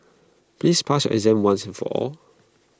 please pass your exam once and for all